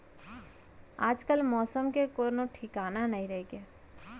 आजकाल मौसम के कोनों ठिकाना नइ रइगे